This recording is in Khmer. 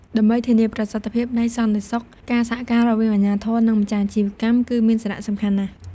ដើម្បីធានាប្រសិទ្ធភាពនៃសន្តិសុខ ការសហការរវាងអាជ្ញាធរ និងម្ចាស់អាជីវកម្មគឺមានសារៈសំខាន់ណាស់។